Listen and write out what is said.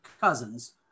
cousins